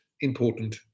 important